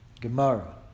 Gemara